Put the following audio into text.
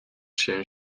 się